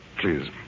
please